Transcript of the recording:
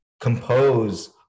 compose